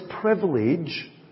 privilege